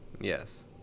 Yes